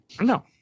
No